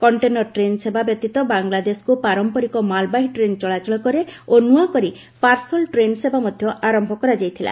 container train ସେବା ବ୍ୟତୀତ ବାଂଲାଦେଶକୁ ପାରମ୍ପରିକ ମାଲ୍ବାହୀ ଟ୍ରେନ୍ ଚଳାଚଳ କରେ ଓ ନୃଆକରି ପାର୍ସଲ ଟ୍ରେନ୍ ସେବା ମଧ୍ୟ ଆରମ୍ଭ କରାଯାଇଥିଲା